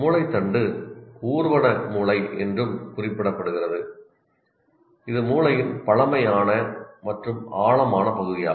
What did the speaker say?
மூளை தண்டு 'ஊர்வன மூளை' என்றும் குறிப்பிடப்படுகிறது இது மூளையின் பழமையான மற்றும் ஆழமான பகுதியாகும்